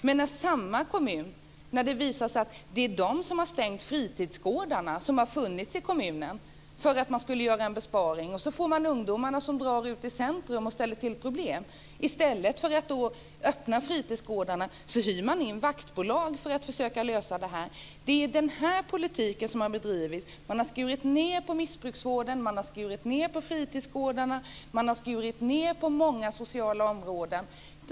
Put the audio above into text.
Men det är samma kommun som för att göra en besparing har stängt fritidsgårdarna. Då drar ungdomarna omkring i centrum och ställer till problem. I stället för att öppna fritidsgårdarna hyr kommunen in vaktbolag som ska försöka komma till rätta med detta. Det är den här politiken som har bedrivits. Man har skurit ned på missbruksvården, på fritidsgårdarna och på många sociala områden.